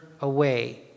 away